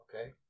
Okay